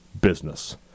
business